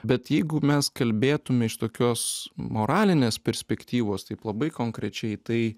bet jeigu mes kalbėtume iš tokios moralinės perspektyvos taip labai konkrečiai tai